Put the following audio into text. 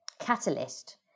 catalyst